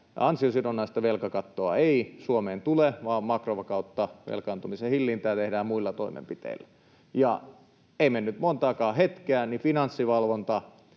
ansiosidonnaista velkakattoa ei Suomeen tule vaan makrovakautta ja velkaantumisen hillintää tehdään muilla toimenpiteillä. Ei mennyt montaakaan hetkeä, niin Finanssivalvonta